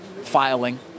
filing